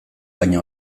baina